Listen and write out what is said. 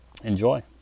Enjoy